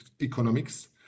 Economics